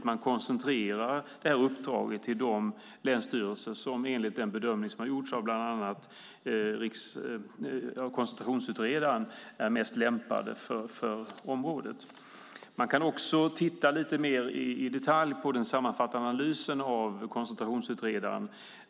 Man koncentrerar det här uppdraget till de länsstyrelser som, enligt den bedömning som har gjorts av bland andra koncentrationsutredaren, är mest lämpade för det. Vi kan också titta lite mer i detalj på den sammanfattande analysen av koncentrationsutredaren.